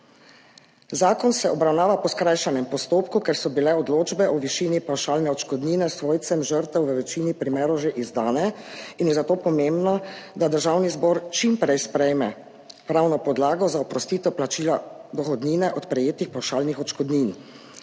Zakon se obravnava po skrajšanem postopku, ker so bile odločbe o višinipavšalne odškodnine svojcem žrtev v večini primerov že izdane in je zato pomembno, da Državni zbor čim prej sprejme pravno podlago za oprostitev plačila dohodnine od prejetih pavšalnih odškodnin.